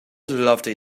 lovely